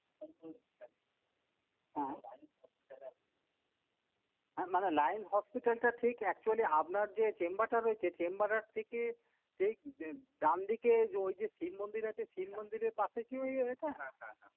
মানে লায়েন হসপিটালটা ঠিক অ্যাকচুয়ালি আপনার যে চেম্বারটা রয়েছে চেম্বারার থেকে যেই ডান দিকে যে ওই যে শিব মন্দির আছে শিব মন্দিরের পাশে কি ওই ওইটা